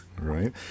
Right